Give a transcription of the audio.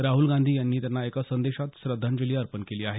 राहुल गांधी यांनी त्यांना एका संदेशात श्रद्धांजली अर्पण केली आहे